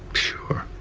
sure,